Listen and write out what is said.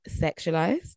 sexualized